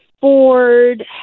Ford